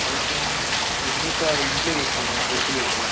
licence ఉంది sir ఇంట్లో పెట్టాను గుర్తులేదు సార్